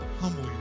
humble